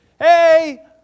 hey